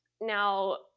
Now